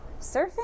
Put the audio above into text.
surfing